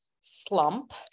slump